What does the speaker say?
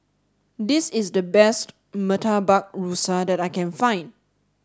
this is the best Murtabak Rusa that I can find